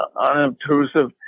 unobtrusive